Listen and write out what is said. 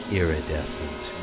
iridescent